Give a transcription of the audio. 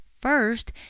First